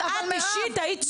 את, אישית, היית סובלת.